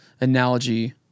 analogy